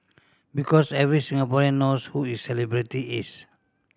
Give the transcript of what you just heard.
because every Singaporean knows who is celebrity is